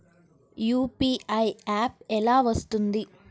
UPI app ఎలా వస్తుంది?